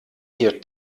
hier